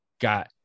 got